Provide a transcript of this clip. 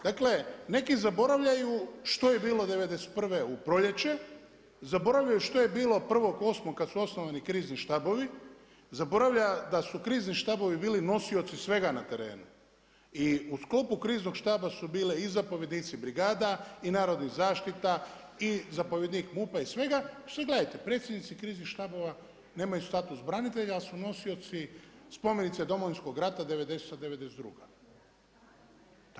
Dakle neki zaboravljaju što je bilo '91. u proljeće, zaboravljaju što je bilo 1.8. kada su osnovani krizni štabovi, zaboravlja da su krizni štabovi bili nosioci svega na terenu i u sklopu kriznog štaba su bile i zapovjednici brigada i narodnih zaštita i zapovjednik MUP-a i svega, sada gledajte predsjednici kriznih štabova nemaju status branitelja, ali su nosioci Spomenice Domovinskog rata 1990.-1992.